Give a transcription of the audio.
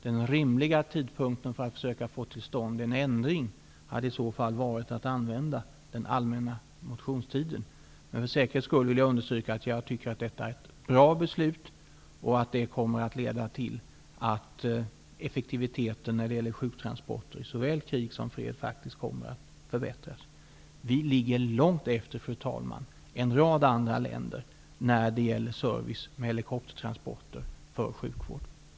Den rimliga tidpunkten för att försöka få till stånd en ändring måste i så fall vara den allmänna motionstiden. För säkerhets skull vill jag understryka att jag tycker att detta är ett bra beslut och att det kommer att leda till att effektiviteten när det gäller sjuktransporter i såväl krig som fred kommer att förbättras. Vi ligger långt efter en rad andra länder när det gäller service med helikoptertransporter för sjukvård.